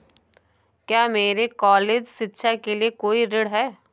क्या मेरे कॉलेज शिक्षा के लिए कोई ऋण है?